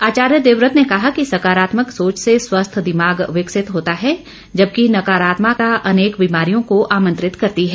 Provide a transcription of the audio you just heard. आचार्य देवव्रत ने कहा कि सकारात्मक सोच से स्वस्थ दिमाग विकसित होता है जबकि नकारात्मकता अनेक बीमारियों को आमंत्रित करती है